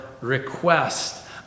request